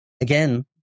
again